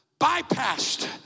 bypassed